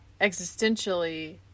existentially